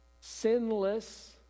sinless